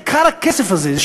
עיקר הכסף הזה,